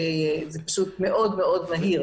זה מאוד מהיר,